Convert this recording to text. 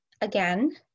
again